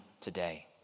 today